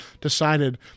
decided